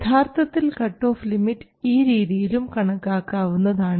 യഥാർത്ഥത്തിൽ cut off limit ഈ രീതിയിലും കണക്കാക്കാവുന്നതാണ്